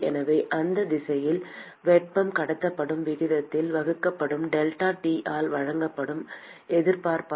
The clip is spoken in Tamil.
எனவே அந்தத் திசையில் வெப்பம் கடத்தப்படும் விகிதத்தால் வகுக்கப்படும் டெல்டா T ஆல் வழங்கப்படும் எதிர்ப்பானது